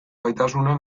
gaitasuna